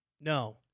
No